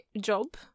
job